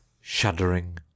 shuddering